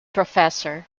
professor